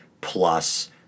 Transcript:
plus